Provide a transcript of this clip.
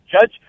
Judge